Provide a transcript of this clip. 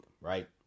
right